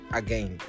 again